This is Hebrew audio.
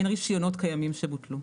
אין רישיונות קיימים שבוטלו.